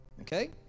Okay